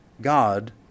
God